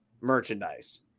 merchandise